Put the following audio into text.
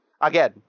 Again